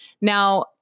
Now